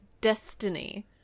destiny